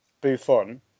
Buffon